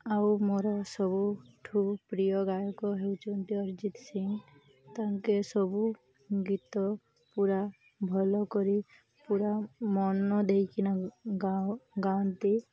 ଆଉ ମୋର ସବୁଠୁ ପ୍ରିୟ ଗାୟକ ହେଉଛନ୍ତି ଅରିଜିତ ସିଂ ତାଙ୍କେ ସବୁ ଗୀତ ପୁରା ଭଲ କରି ପୁରା ମନ ଦେଇକିନା ଗାଆନ୍ତି